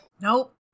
Nope